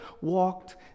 walked